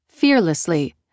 fearlessly